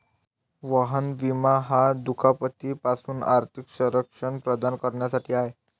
वाहन विमा हा दुखापती पासून आर्थिक संरक्षण प्रदान करण्यासाठी आहे